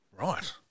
Right